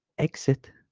exit